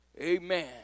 Amen